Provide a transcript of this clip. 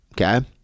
okay